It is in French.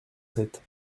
sept